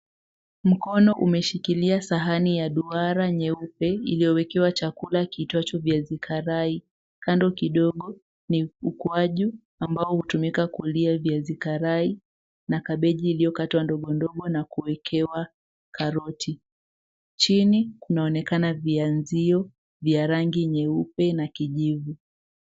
Mkono umeshikilia sahani ya duara nyeupe iliyowekewa chakula kiitwacho viazi karai. Kando kidogo ni ukwaju ambao hutumika kulia viazi karai na kabeji iliyokatwa ndogo ndogo na kuwekewa karoti. Chini kunaonekana vianzio vya rangi nyeupe na kijivu.